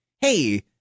Hey